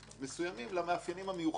מסוימים למאפיינים המיוחדים